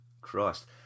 Christ